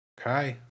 Okay